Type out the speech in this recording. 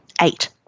eight